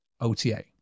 ota